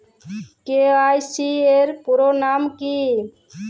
KYC এর পুরোনাম কী?